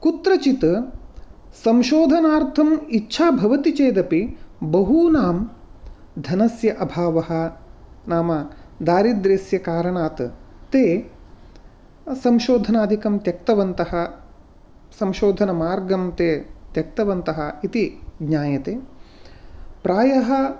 कुत्रचित् संशोधनार्थम् इच्छा भवति चेदपि बहूनां धनस्य अभावः नाम दारिद्र्यस्य कारणात् ते संशोधनादिकं त्यक्तवन्तः संशोधनमार्गं ते त्यक्तवन्तः इति ज्ञायते प्रायः